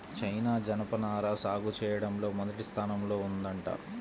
China జనపనార సాగు చెయ్యడంలో మొదటి స్థానంలో ఉందంట